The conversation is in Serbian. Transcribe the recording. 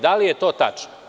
Da li je to tačno?